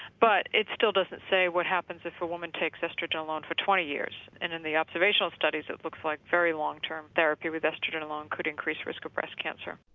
but it still doesn't say what happens if a women takes oestrogen alone for twenty years and in the observational studies it looks like very long term therapy with oestrogen alone could increase risk of breast cancer.